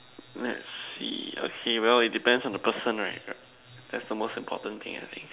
let's see okay well it depends on the person right that's the most important thing I think